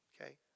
Okay